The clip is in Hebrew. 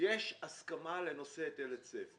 - יש הסכמה לנושא היטל היצף.